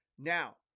Now